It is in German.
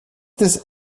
des